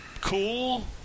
Cool